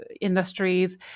industries